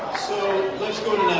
so let's go to